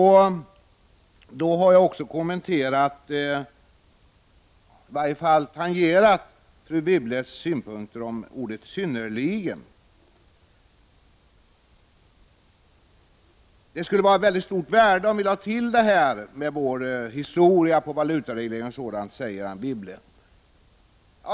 Härmed har jag också kommenterat, eller i varje fall tangerat, fru Wibbles synpunkter på ordet synnerligen. Det skulle vara av stort värde om vi med tanke på vår historia gick litet längre i fråga om valutaregleringen, säger Anne Wibble.